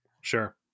sure